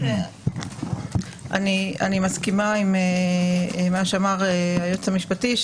אני מסכימה עם מה שאמר היועץ המשפטי,